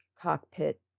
cockpit